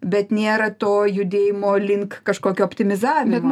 bet nėra to judėjimo link kažkokio optimizavimo